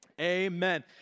amen